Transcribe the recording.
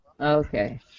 Okay